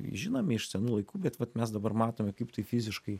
žinomi iš senų laikų bet vat mes dabar matome kaip tai fiziškai